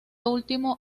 último